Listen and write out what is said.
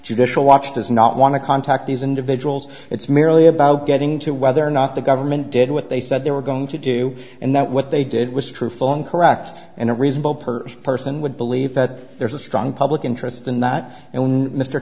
judy watch does not want to contact these individuals it's merely about getting into whether or not the government did what they said they were going to do and that what they did was truthful in correct and reasonable per person would believe that there is a strong public interest in that and